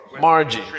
Margie